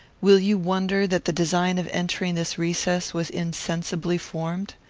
will you wonder that the design of entering this recess was insensibly formed?